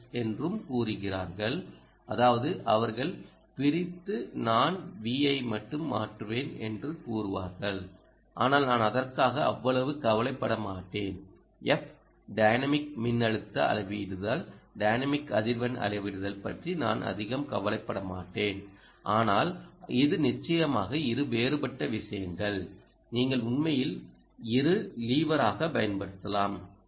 S என்றும் கூறுகிறார்கள் அதாவது அவர்கள் பிரித்து நான் Vஐ மட்டுமே மாற்றுவேன் என்று கூறுவார்கள் ஆனால் நான் அதற்காக அவ்வளவு கவலைப்பட மாட்டேன் F டைனமிக் மின்னழுத்த அளவிடுதல் டைனமிக் அதிர்வெண் அளவிடுதல் பற்றி நான் அதிகம் கவலைப்பட மாட்டேன் ஆனால் இது நிச்சயமாகவே இரு வேறுபட்ட விஷயங்கள் நீங்கள் உண்மையில் இரு லீவராக பயன்படுத்தலாம்